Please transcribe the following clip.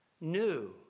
new